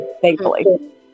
Thankfully